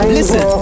Listen